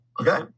okay